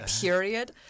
period